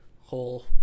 whole